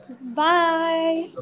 Bye